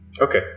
Okay